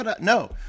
No